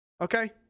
Okay